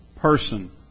Person